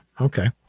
Okay